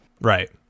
Right